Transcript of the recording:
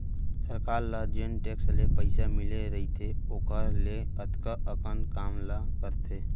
सरकार ल जेन टेक्स ले पइसा मिले रइथे ओकर ले अतका अकन काम ला करथे